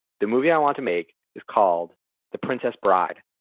the movie i want to make is called the princess bride.